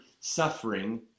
suffering